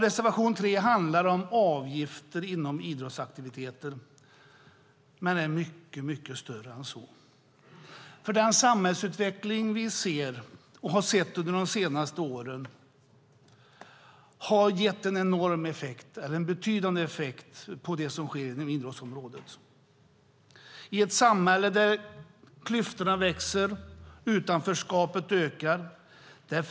Reservation 3 handlar om avgifter för idrottsaktiviteter, men är mycket större än så. Den samhällsutveckling vi sett under de senaste åren har gett en betydande effekt på det som sker inom idrottsområdet. Klyftorna växer i samhället, och utanförskapet ökar.